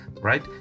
right